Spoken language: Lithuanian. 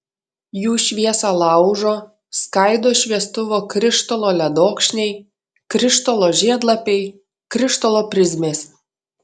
jų šviesą laužo skaido šviestuvo krištolo ledokšniai krištolo žiedlapiai krištolo prizmės